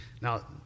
Now